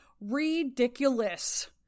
ridiculous